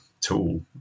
tool